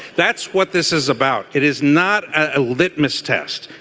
that's what this is about. it is not a litmus test.